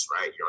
right